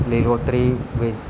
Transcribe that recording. લીલોતરી વેજી